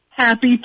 Happy